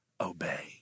obey